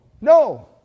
No